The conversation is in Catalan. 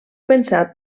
pensat